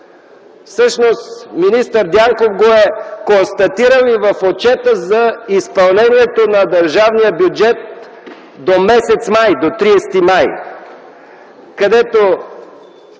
Всъщност министър Дянков го е констатирал и в Отчета за изпълнението на държавния бюджет до 30 май т.г., където